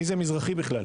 מי זה מזרחי בכלל?